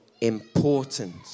important